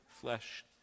flesh